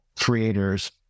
creators